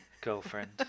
girlfriend